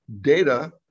data